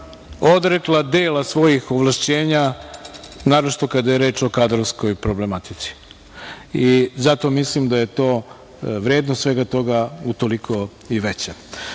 odrekla dela svojih ovlašćenja, naročito kada je reč o kadrovskoj problematici i zato mislim da je vrednost svega toga utoliko i